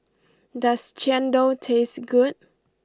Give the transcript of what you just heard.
does Chendol taste good